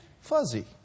fuzzy